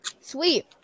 sweet